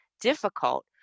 difficult